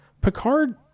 Picard